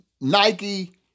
Nike